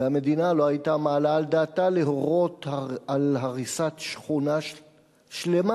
והמדינה לא היתה מעלה על דעתה להורות על הריסת שכונה שלמה,